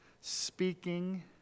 speaking